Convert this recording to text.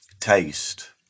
taste